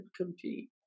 compete